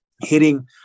hitting